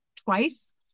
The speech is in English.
Twice